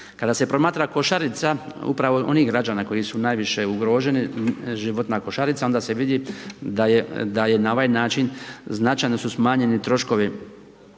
Kada se promatra košarica upravo onih građana koji su najviše ugroženi, životna košarica, onda se vidi, da je na ovaj način, značajno su smanjeni troškovi